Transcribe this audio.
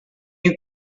you